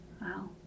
Wow